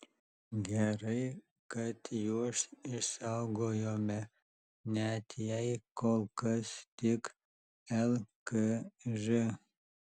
gerai kad juos išsaugojome net jei kol kas tik lkž